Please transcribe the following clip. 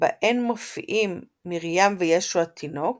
בהן מופיעים מרים וישו התינוק